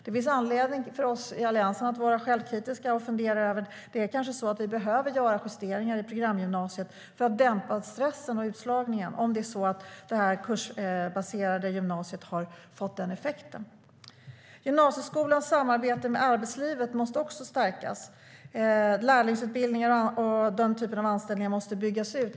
Det finns anledning för oss i Alliansen att vara självkritiska och fundera över det. Vi kanske behöver göra justeringar av programgymnasiet för att dämpa stressen och minska utslagningen om det är så att det kursbaserade gymnasiet har haft den effekten. Även gymnasieskolans samarbete med arbetslivet måste stärkas. Lärlingsutbildningar och den typen av anställningar måste byggas ut.